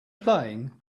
playing